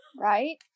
Right